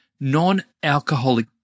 non-alcoholic